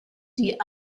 die